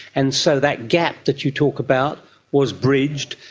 and so that gap that you talk about was bridged.